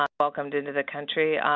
ah welcomed into the country.